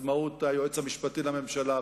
עצמאות היועץ המשפטי לממשלה,